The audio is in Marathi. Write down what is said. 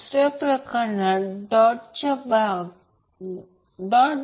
तर त्याचप्रमाणे ω ω2 येथे